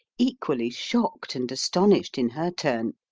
equally shocked and astonished in her turn,